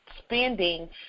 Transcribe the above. spending